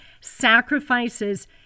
sacrifices